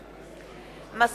(קוראת בשמות חברי הכנסת) אילן גילאון,